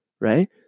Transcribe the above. right